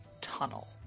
tunnel